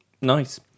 Nice